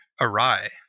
awry